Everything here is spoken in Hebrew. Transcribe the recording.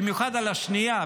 במיוחד על השנייה,